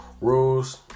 rules